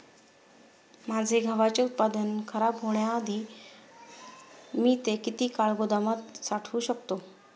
माझे गव्हाचे उत्पादन खराब होण्याआधी मी ते किती काळ गोदामात साठवू शकतो?